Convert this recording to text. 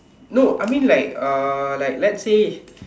no I mean like uh like let's say